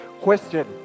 Question